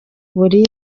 buri